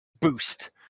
boost